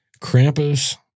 Krampus